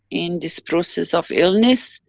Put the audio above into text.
in this process of illness.